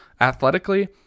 athletically